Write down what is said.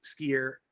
skier